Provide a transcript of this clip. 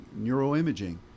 neuroimaging